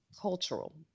cultural